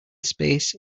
space